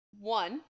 One